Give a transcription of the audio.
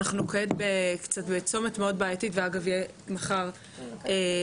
אנחנו כעת בקצת בצומת מאוד בעייתית ואגב מחר הצעה